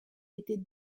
était